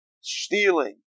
Stealing